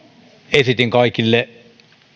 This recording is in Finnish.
esitin kaikille